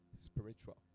Spiritual